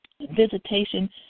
visitation